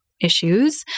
issues